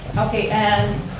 okay and,